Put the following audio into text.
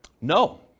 No